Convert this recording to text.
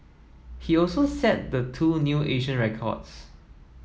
he also set the two new Asian records